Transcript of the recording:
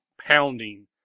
pounding